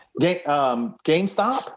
GameStop